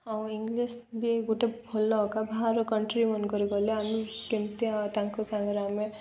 ଆଉ ଇଂଲିଶ ବି ଗୋଟେ ଭଲ କ ବାହାର କଣ୍ଟ୍ରି ମନେକର ଗଲେ ଆମେ କେମିତି ତାଙ୍କ ସାଙ୍ଗରେ ଆମେ